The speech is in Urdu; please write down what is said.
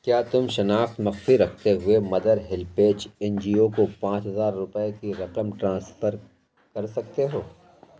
کیا تم شناخت مخفی رکھتے ہوئے mother HelpAge N G O کو پانچ ہزار روپے کی رقم ٹرانسفر کر سکتے ہو